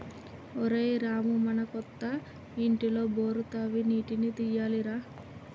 ఒరేయ్ రామూ మన కొత్త ఇంటిలో బోరు తవ్వి నీటిని తీయాలి రా